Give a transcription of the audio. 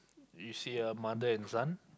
you see a mother and son